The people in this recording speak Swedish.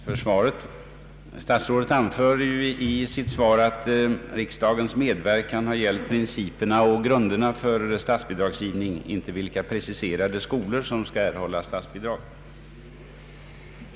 Herr talman! Jag tackar statsrådet för svaret. Statsrådet anför att riksdagens medverkan har gällt principerna och grunderna för statsbidragsgivningen, inte vilka preciserade skolor som skall erhålla statsbidrag.